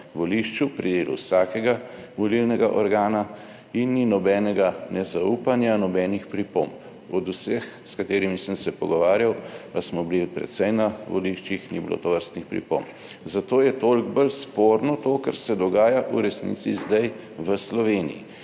volišču, pri delu vsakega volilnega organa in ni nobenega nezaupanja, nobenih pripomb. Od vseh, s katerimi sem se pogovarjal, pa smo bili precej na voliščih, ni bilo tovrstnih pripomb. Zato je toliko bolj sporno to, kar se dogaja v resnici zdaj v Sloveniji.